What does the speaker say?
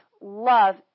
love